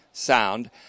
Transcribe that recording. sound